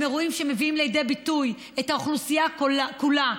הם אירועים שמביאים לידי ביטוי את האוכלוסייה כולה,